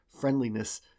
friendliness